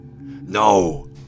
No